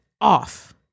off